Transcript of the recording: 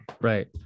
right